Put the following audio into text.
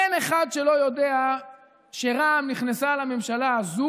אין אחד שלא יודע שרע"מ נכנסה לממשלה הזו